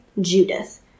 Judith